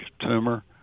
tumor